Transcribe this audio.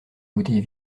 bouteille